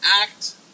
act